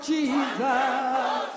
Jesus